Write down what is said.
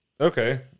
Okay